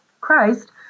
Christ